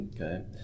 Okay